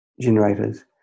generators